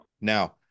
Now